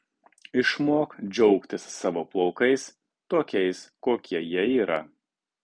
išmok džiaugtis savo plaukais tokiais kokie jie yra